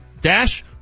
dash